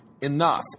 enough